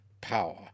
power